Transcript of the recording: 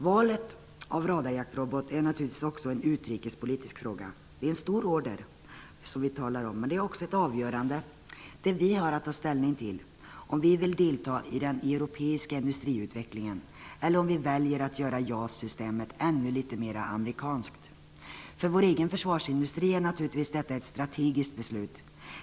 Valet av radarjaktrobot är naturligtvis också en utrikespolitisk fråga. Det är en stor order. Men det är också ett avgörande där vi har att ta ställning till om vi vill delta i den europeiska industriutvecklingen eller om vi väljer att göra JAS systemet ännu litet mera amerikanskt. För vår egen försvarsindustri är detta naturligtvis ett strategiskt beslut.